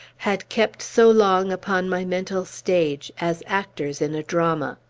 had kept so long upon my mental stage, as actors in a drama.